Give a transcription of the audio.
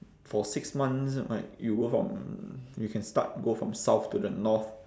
for six months like you go from you can start go from south to the north